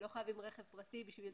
דירה?